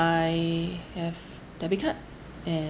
I have debit card and